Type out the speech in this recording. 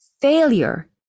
Failure